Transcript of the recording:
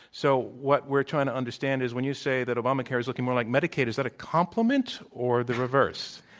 so what we're trying to understand is when you say that obamacare is looking more like medicaid, is that a compliment or the reverse?